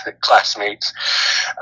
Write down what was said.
classmates